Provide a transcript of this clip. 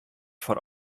foar